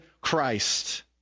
christ